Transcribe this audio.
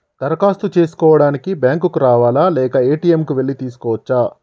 దరఖాస్తు చేసుకోవడానికి బ్యాంక్ కు రావాలా లేక ఏ.టి.ఎమ్ కు వెళ్లి చేసుకోవచ్చా?